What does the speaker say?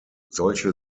solche